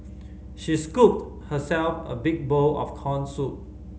she scooped herself a big bowl of corn soup